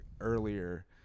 earlier